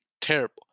Terrible